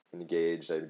engaged